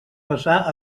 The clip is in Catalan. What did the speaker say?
passar